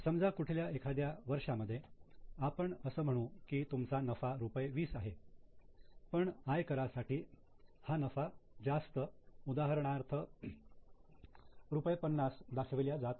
समजा कुठल्या एखाद्या वर्षामध्ये आपण असं म्हणू की तुमचा नफा रुपये 20 आहे पण आयकरासाठी हा नफा जास्त उदाहरणार्थ रुपये 50 दाखविल्या जात आहे